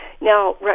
now